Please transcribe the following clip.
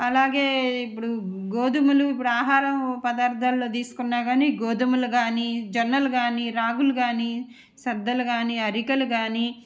అలాగే ఇప్పుడు గోధుమలు ఇప్పుడు ఆహారం పదార్థాల్లో తీసుకున్న కాని గోధుమలు కాని జొన్నలు కాని రాగులు కాని సద్దలు కాని అరికలు కాని